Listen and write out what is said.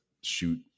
shoot